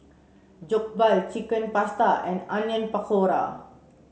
Jokbal Chicken Pasta and Onion Pakora